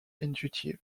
intuitive